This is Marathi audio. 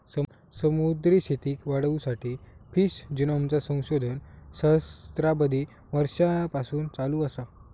समुद्री शेतीक वाढवुसाठी फिश जिनोमचा संशोधन सहस्त्राबधी वर्षांपासून चालू असा